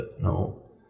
no